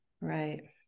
right